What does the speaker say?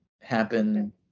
happen